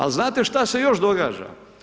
Al' znate šta se još događa?